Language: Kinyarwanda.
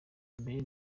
mbere